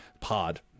Pod